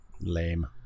lame